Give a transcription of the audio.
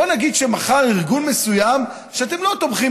בואו נגיד שמחר ארגון מסוים שאתם לא תומכים